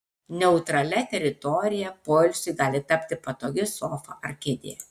neutralia teritorija poilsiui gali tapti patogi sofa ar kėdė